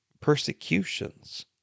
persecutions